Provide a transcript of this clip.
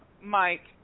Mike